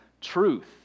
truth